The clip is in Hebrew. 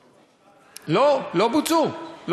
לא, בוצעו העברות.